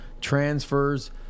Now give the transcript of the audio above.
transfers